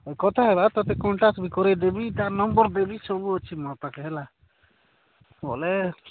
ଆଉ କଥା ହେଲା ତୋତେ କଣ୍ଟାକ୍ଟ ବି କହିଦେବି ତା ନମ୍ବର୍ ଦେବି ସବୁ ଅଛି ମୋ ପାଖେ ହେଲା ବୋଲେ